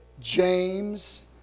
James